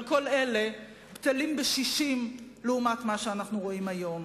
אבל כל אלה בטלים בשישים לעומת מה שאנחנו רואים היום.